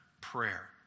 prayer